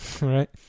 Right